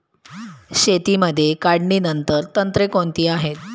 शेतीमध्ये काढणीनंतरची तंत्रे कोणती आहेत?